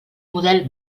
model